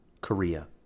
Korea